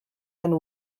and